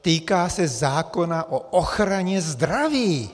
Týká se zákona o ochraně zdraví.